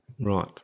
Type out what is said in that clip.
Right